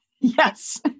Yes